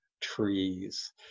trees